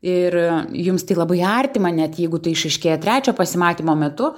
ir jums tai labai artima net jeigu tai išryškėja trečio pasimatymo metu